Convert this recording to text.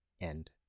end